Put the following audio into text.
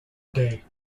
day